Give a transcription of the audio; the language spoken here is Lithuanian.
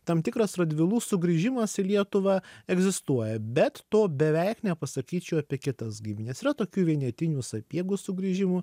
tam tikras radvilų sugrįžimas į lietuvą egzistuoja bet to beveik nepasakyčiau apie kitas gimines yra tokių vienetinių sapiegų sugrįžimų